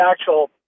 actual